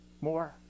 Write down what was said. more